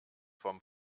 vom